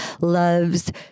loves